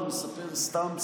חברת הכנסת ברביבאי,